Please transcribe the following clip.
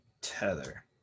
tether